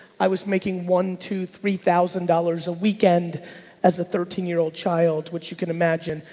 i was making one to three thousand dollars a weekend as a thirteen year old child, which you can imagine,